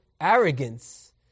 arrogance